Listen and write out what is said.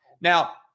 Now